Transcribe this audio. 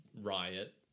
riot